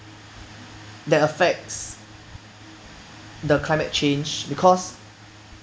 that affects the climate change because